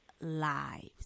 lives